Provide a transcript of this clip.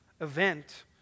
event